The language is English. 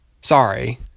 Sorry